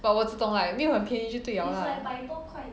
but 我懂 like 没有很便宜就对了 lah